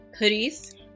hoodies